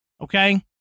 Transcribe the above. Okay